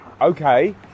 Okay